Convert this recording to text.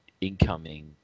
incoming